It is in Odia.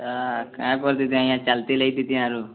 ଏଟା କାଣା କରିଥିତିଁ ଆଜ୍ଞା ଚାଲିଚାଲି ଆଇଥିତିଁ ଆରୁ